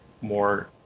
more